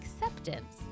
acceptance